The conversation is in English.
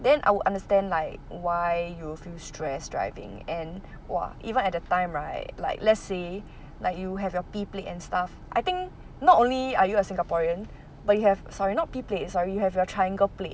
then I will understand like why you will feel stressed driving and !wah! even at that time right like let's say like you have P plate and stuff I think not only are you a singaporean but you have sorry not P plate sorry you have your triangle plate